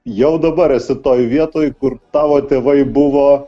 jau dabar esi toj vietoj kur tavo tėvai buvo